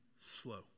slow